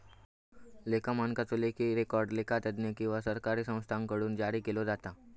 लेखा मानकांचो लेखी रेकॉर्ड लेखा तज्ञ किंवा सरकारी संस्थांकडुन जारी केलो जाता